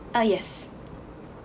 ah yes